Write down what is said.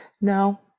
No